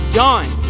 done